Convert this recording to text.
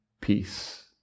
peace